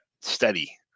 steady